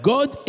God